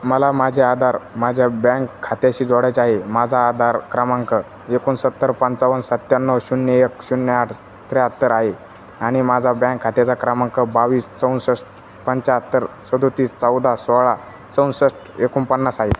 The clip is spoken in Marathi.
मला माझे आधार माझ्या बँक खात्याशी जोडायचे आहे माझा आधार क्रमांक एकोणसत्तर पंचावन्न सत्त्याण्णव शून्य एक शून्य आठ त्र्याहत्तर आहे आणि माझा बँक खात्याचा क्रमांक बावीस चौसष्ट पंच्याहत्तर सदतीस चौदा सोळा चौसष्ट एकोणपन्नास आहे